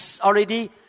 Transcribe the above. already